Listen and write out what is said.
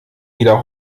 wieder